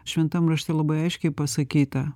šventam rašte labai aiškiai pasakyta